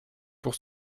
pour